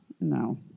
no